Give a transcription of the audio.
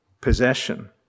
possession